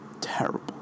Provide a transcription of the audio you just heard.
terrible